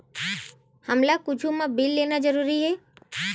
हमला कुछु मा बिल लेना जरूरी हे?